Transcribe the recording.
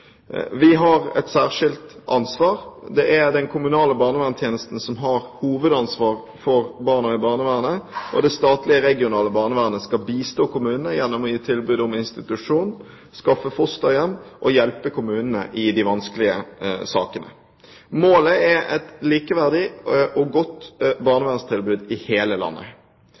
Vi har et særskilt ansvar. Det er den kommunale barnevernstjenesten som har hovedansvar for barna i barnevernet, og det statlige regionale barnevernet skal bistå kommunene gjennom å gi tilbud om institusjon, skaffe fosterhjem og hjelpe kommunene i de vanskelige sakene. Målet er et likeverdig og godt barnevernstilbud i hele landet.